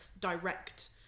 direct